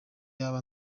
yaba